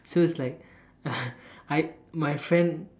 so it's like I my friend